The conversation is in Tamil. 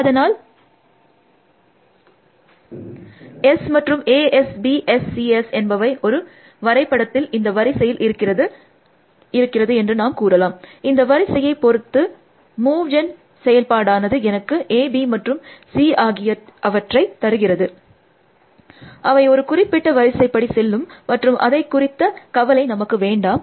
அதனால் ஸ் நில் மற்றும் A S B S C S என்பவை ஒரு வரைப்படத்தில் இந்த வரிசையில் இருக்கிறது நாம் கூறலாம் இந்த வரிசையை பொறுத்து மூவ் ஜென் செயல்பாடானது எனக்கு A B மற்றும் C ஆகியவற்றை தருகிறது அவை ஒரு குறிப்பிட்ட வரிசைப்படி செல்லும் மற்றும் அதை குறித்த கவலை நமக்கு வேண்டாம்